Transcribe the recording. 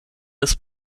ist